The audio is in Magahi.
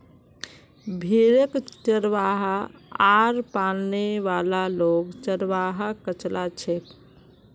भेड़क चरव्वा आर पालने वाला लोग चरवाहा कचला छेक